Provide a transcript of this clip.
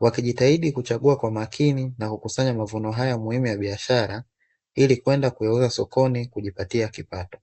wakijitahidi kuchagua kwa makini na kukusanya mazao haya ya biashara ili kwenda kuyauza sokoni ya kujipatia kipato.